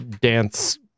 dance